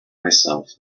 myself